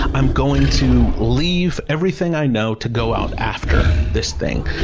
i'm going to leave everything i know to go out after this thing.